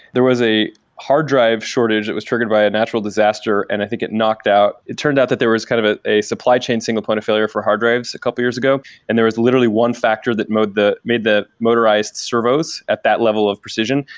there was a hard drive shortage. it was triggered by a natural disaster, and i think it knocked out. it turned out that there was kind of a supply chain single point of failure for hard drives a couple years ago and there was literally one factor that made the made the motorized servos at that level of precision.